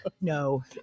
No